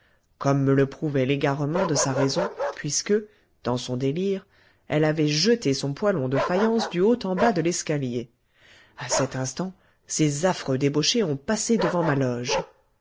comme me le prouvait l'égarement de sa raison puisque dans son délire elle avait jeté son poêlon de faïence du haut en bas de l'escalier à cet instant ces affreux débauchés ont passé devant ma loge